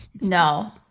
No